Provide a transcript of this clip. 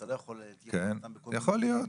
יכול להיות,